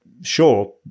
Sure